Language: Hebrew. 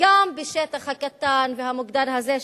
וגם בשטח הקטן והמוגדר הזה,